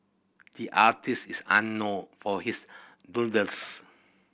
the artist is unknown for his doodles